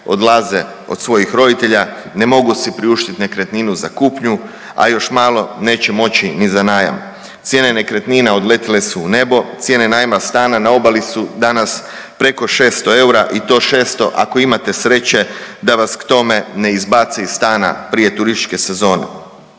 odlaze od svojih roditelja. Ne mogu si priuštiti nekretninu za kupnju, a još malo neće moći ni za najam. Cijene nekretnina odletjele su u nebo. Cijene najma stana na obali su danas preko 600 eura i to 600 ako imate sreće da vas k tome ne izbace iz stana prije turističke sezone.